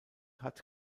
hat